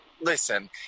Listen